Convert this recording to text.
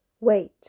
wait